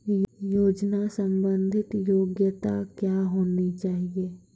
योजना संबंधित योग्यता क्या होनी चाहिए?